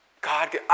God